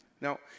Now